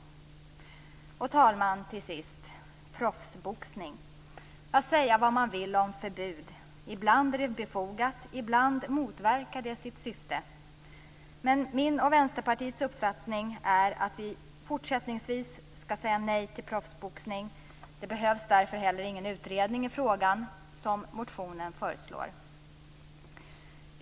Fru talman! Till sist proffsboxning. Säga vad man vill om förbud, ibland är det befogat, ibland motverkar det sitt syfte. Men min och Vänsterpartiets uppfattning är att vi fortsättningsvis skall säga nej till proffsboxning. Det behövs därför heller ingen utredning i frågan, som motionen föreslår.